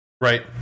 right